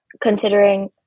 considering